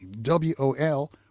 W-O-L